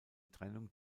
trennung